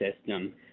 system